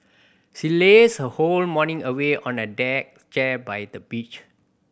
she lazed her whole morning away on a deck chair by the beach